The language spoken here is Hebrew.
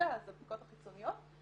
שתיקה אז הבדיקות החיצוניות.